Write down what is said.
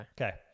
Okay